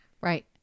Right